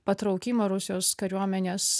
patraukimo rusijos kariuomenės